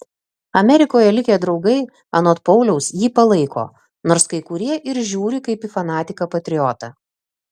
amerikoje likę draugai anot pauliaus jį palaiko nors kai kurie ir žiūri kaip į fanatiką patriotą